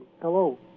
hello